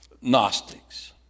Gnostics